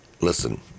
listen